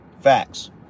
Facts